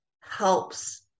helps